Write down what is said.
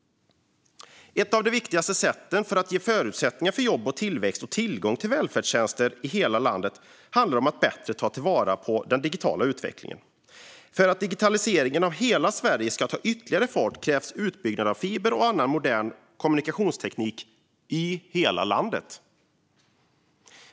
Ett av de viktigaste sätten att ge förutsättningar för jobb, tillväxt och tillgång till välfärdstjänster i hela landet är att ta bättre vara på den digitala utvecklingen. För att digitaliseringen av hela Sverige ska ta ytterligare fart krävs utbyggnad av fiber och annan modern kommunikationsteknik i hela landet.